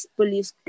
police